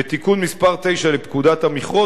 ותיקון מס' 9 לפקודת המכרות,